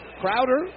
Crowder